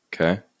Okay